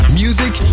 music